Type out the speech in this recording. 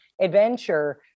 adventure